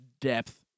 depth